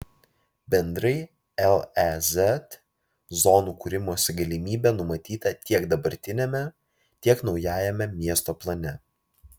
bendrai lez zonų kūrimosi galimybė numatyta tiek dabartiname tiek naujajame miesto plane